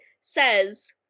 says-